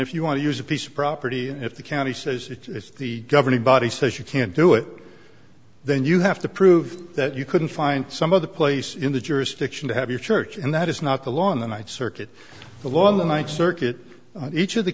if you want to use a piece of property and if the county says its the governing body says you can't do it then you have to prove that you couldn't find some other place in the jurisdiction to have your church and that is not the law on the ninth circuit the law on the ninth circuit each of the